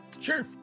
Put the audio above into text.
Sure